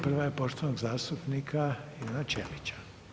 Prva je poštovanog zastupnika Ivana Ćelića.